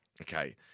Okay